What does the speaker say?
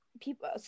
people